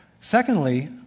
Secondly